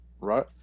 right